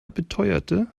beteuerte